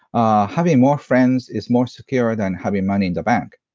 ah having more friends is more secure than having money in the bank.